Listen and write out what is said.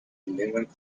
eleventh